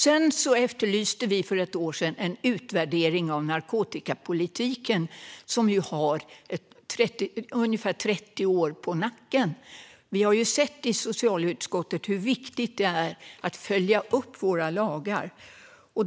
För ett år sedan efterlyste vi en utvärdering av narkotikapolitiken, som ju har ungefär 30 år på nacken. Vi har i socialutskottet sett hur viktigt det är att följa upp våra lagar.